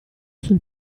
sul